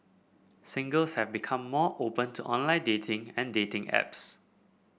singles have become more open to online dating and dating apps